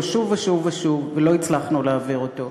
שוב ושוב ושוב ולא הצלחנו להעביר אותו.